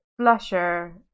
blusher